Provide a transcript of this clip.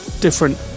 different